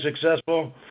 successful